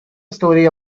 story